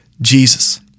Jesus